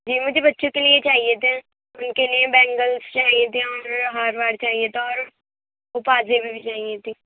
جی مجھے بچوں کے لئے چاہئے تھے ان کے لئے بینگلس چاہئے تھے اور ہار وار چاہئے تھا اور پازیبیں بھی چاہئے تھیں